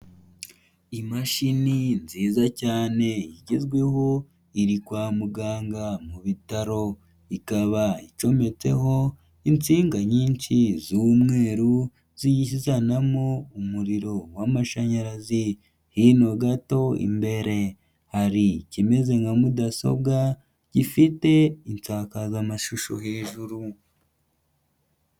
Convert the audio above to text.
Imashini nziza cyane igezweho, iri kwa muganga mu bitaro, ikaba icometseho insinga nyinshi z'umweru, ziyizanamo umuriro w'amashanyarazi, hino gato imbere hari ikimeze nka mudasobwa, gifite insakazamashusho hejuru.